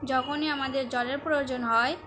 যখনই আমাদের জলের প্রয়োজন হয়